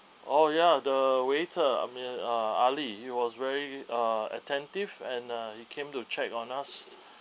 orh ya the waiter uh name uh ali he was very uh attentive and uh he came to check on us